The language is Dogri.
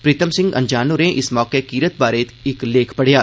प्रीतम सिंह अनजान होरें इस मौके 'कीरत' बारै इक लेख पढ़ेया